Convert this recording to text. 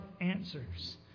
answers